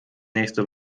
nächste